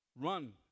Run